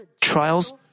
Trials